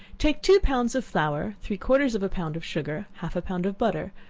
take two pounds of flour, three-quarters of a pound of sugar, half a pound of butter,